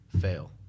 fail